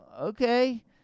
okay